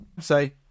Say